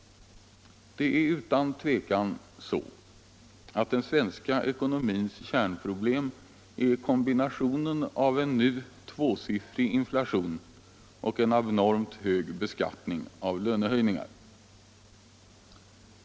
Det är utan tvivel så att den svenska ekonomins kärnproblem är kombinationen av en nu tvåsiffrig inflation och en abnormt hög beskattning av lönehöjningar.